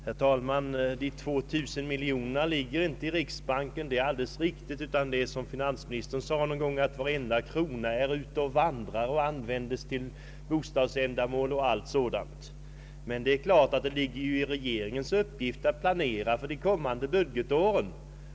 Herr talman! Det är alldeles riktigt att de tvåtusen miljonerna inte ligger i riksbanken, utan det är så, som finansministern sagt någon gång, att varenda krona är ute och vandrar och används till bostadsändamål med mera sådant. Det är dock klart att det är regeringens uppgift att planera för kommande år.